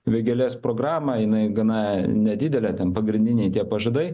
vėgėlės programą jinai gana nedidelė ten pagrindiniai tie pažadai